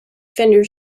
fender